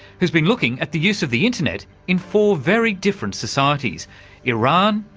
who's been looking at the use of the internet in four very different societies iran,